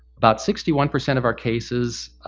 about sixty one percent of our cases